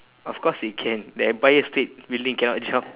of course he can the empire state building cannot jump